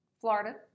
Florida